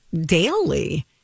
daily